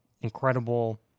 Incredible